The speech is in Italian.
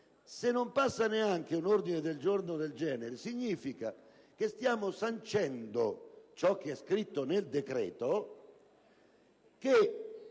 Se non passa neanche un ordine del giorno del genere, significa che stiamo sancendo (ciò è scritto nel decreto) che